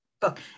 book